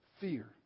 fear